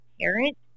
parent